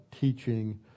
teaching